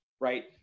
Right